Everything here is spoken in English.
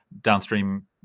downstream